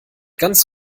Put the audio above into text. ganz